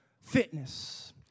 Fitness